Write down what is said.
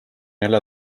jälle